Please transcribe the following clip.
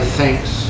thanks